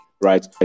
right